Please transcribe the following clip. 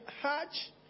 hatch